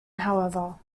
however